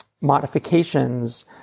modifications